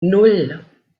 nan